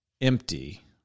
Empty